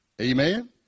amen